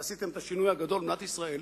ועשיתם את השינוי הגדול במדינת ישראל,